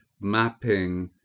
mapping